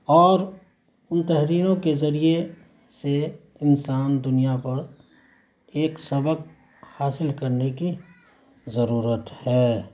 اور ان تحریروں کے ذریعے سے انسان دنیا پر ایک سبق حاصل کرنے کی ضرورت ہے